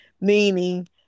meaning